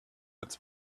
its